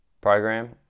program